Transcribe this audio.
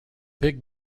big